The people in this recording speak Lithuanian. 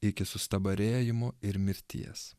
iki sustabarėjimo ir mirties